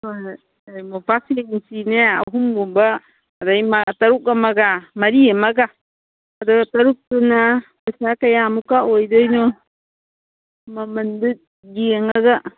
ꯍꯣꯏ ꯍꯣꯏ ꯃꯣꯝꯄꯥꯛ ꯐꯤꯗꯛꯇꯤꯅꯦ ꯑꯍꯨꯝꯒꯨꯝꯕ ꯑꯗꯒꯤ ꯇꯔꯨꯛ ꯑꯃꯒ ꯃꯔꯤ ꯑꯃꯒ ꯑꯗꯨ ꯇꯔꯨꯛꯇꯨꯅ ꯄꯩꯁꯥ ꯀꯌꯥꯃꯨꯛꯀ ꯑꯣꯏꯗꯣꯏꯅꯣ ꯃꯃꯟꯗꯤ ꯌꯦꯡꯉꯒ